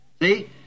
See